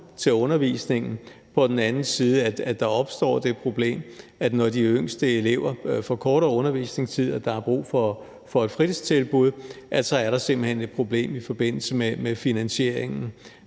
til undervisningen, men på den anden side er der, når de yngste elever får kortere undervisningstid og der er brug for et fritidstilbud, simpelt hen et problem med finansieringen